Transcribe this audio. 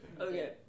Okay